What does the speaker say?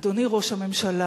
אדוני ראש הממשלה,